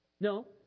No